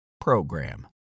PROGRAM